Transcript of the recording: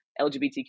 LGBTQ